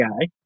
guy